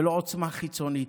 ולא עוצמה חיצונית.